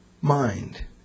mind